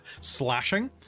slashing